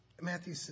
Matthew